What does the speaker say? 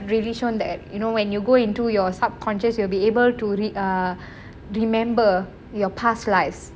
really shown that you know when you go into your subconscious you will be able to read err remember your past lives